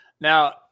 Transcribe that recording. Now